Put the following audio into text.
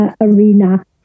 arena